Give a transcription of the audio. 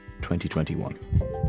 2021